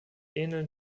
ähneln